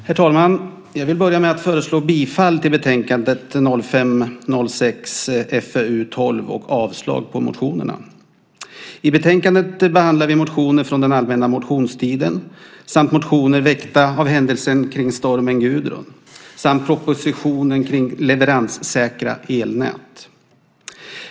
Herr talman! Jag vill börja med att yrka bifall till förslaget i betänkandet 2005/06:FöU12 och avslag på motionerna. I betänkandet behandlar vi motioner från den allmänna motionstiden samt motioner väckta med anledning av händelserna runt stormen Gudrun samt propositionen om leveranssäkra elnät.